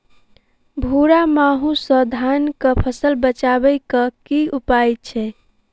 भूरा माहू सँ धान कऽ फसल बचाबै कऽ की उपाय छै?